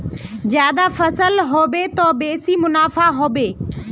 ज्यादा फसल ह बे त बेसी मुनाफाओ ह बे